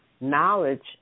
knowledge